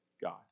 God